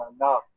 enough